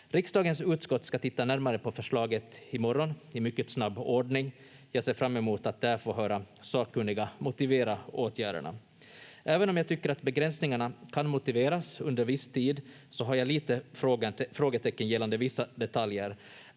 Riksdagens utskott ska titta närmare på förslaget i morgon i mycket snabb ordning. Jag ser fram emot att där få höra sakkunniga motivera åtgärderna. Även om jag tycker att begränsningarna kan motiveras under viss tid så har jag lite frågetecken gällande vissa detaljer.